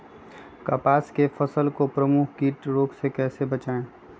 कपास की फसल को प्रमुख कीट और रोग से कैसे बचाएं?